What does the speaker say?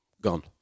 gone